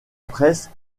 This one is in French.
presse